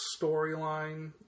storyline